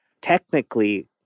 technically